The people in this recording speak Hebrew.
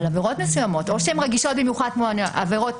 אבל עבירות מסוימות או שהן רגישות במיוחד כמו עבירות